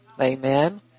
Amen